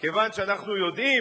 כיוון שאנחנו יודעים